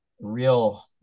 real